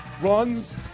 runs